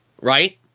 right